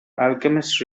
alchemist